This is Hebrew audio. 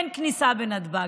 אין כניסה בנתב"ג.